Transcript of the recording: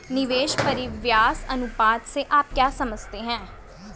निवेश परिव्यास अनुपात से आप क्या समझते हैं?